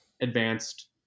advanced